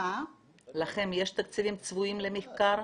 יש תקציבים צבועים למחקר?